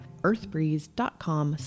earthbreeze.com